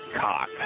cock